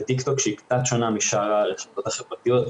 בטיקטוק שהיא קצת שונה משאר הרשתות החברתיות,